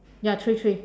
ya three three